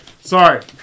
Sorry